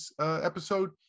episode